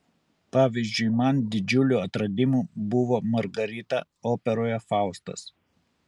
pavyzdžiui man didžiuliu atradimu buvo margarita operoje faustas